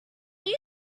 you